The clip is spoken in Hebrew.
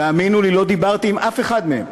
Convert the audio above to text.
והאמינו לי, לא דיברתי עם אף אחד מהם,